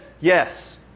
yes